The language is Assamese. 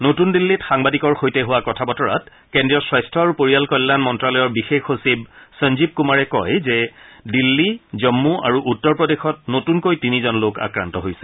নতুন দিল্লীত সাংবাদিকৰ সৈতে হোৱা কথা বতৰাত কেন্দ্ৰীয় স্বাস্থ্য আৰু পৰিয়াল কল্যাণ মন্ত্যালয়ৰ বিশেষ সচিব সঞ্জীৱ কুমাৰে কয় যে দিল্লী জন্মু আৰু উত্তৰ প্ৰদেশত নতুনকৈ তিনিজন লোক আক্ৰান্ত হৈছে